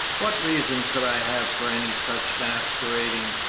what reason could i have for any such masquerading?